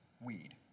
weed